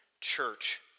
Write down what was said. church